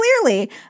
clearly